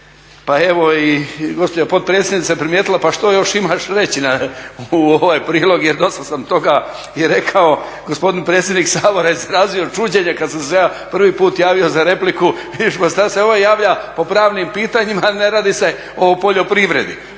Pa evo i gospođa potpredsjednica je primijetila pa što još imaš reći na ovaj prilog jer dosta sam toga i rekao. Gospodin predsjednik Sabora je izrazio čuđenje kada sam se ja prvi puta javio za repliku, … javlja po pravnim pitanjima, ne radi se o poljoprivredi.